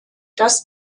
das